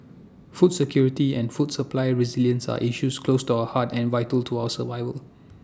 food security and food supply resilience are issues close to our hearts and vital to our survival